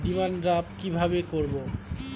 Demand draft কীভাবে করব?